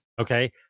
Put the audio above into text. Okay